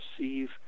receive